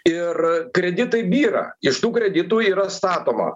ir kreditai byra iš tų kreditų yra statoma